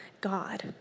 God